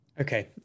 Okay